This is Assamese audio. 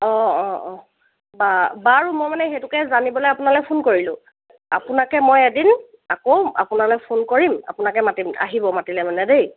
অঁ অঁ অঁ বাৰু মই মানে সেইটোকে জানিবলৈ আপোনালৈ ফোন কৰিলোঁ আপোনাকে মই এদিন আকৌ আপোনালৈ ফোন কৰিম আপোনাকে মাতিম আহিব মাতিলে মানে দেই